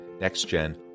Next-Gen